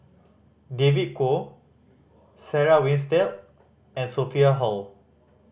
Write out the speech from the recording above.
David Kwo Sarah Winstedt and Sophia Hull